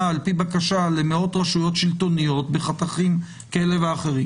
על-פי בקשה למאות רשויות שלטוניות בחתכים כאלה ואחרים,